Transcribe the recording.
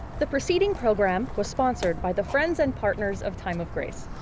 the preceding program was sponsored by the friends and partners of time of grace.